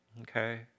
Okay